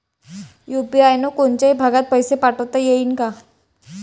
UPI न कोनच्याही भागात पैसे पाठवता येईन का?